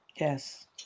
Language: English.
Yes